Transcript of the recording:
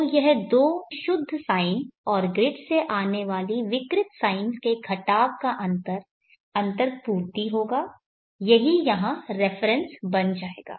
तो यह दो शुद्ध साइन और ग्रिड से आने वाली विकृत साइन के घटाव का अंतर अंतर पूर्ती होगा यही यहाँ रेफरेंस बन जाएगा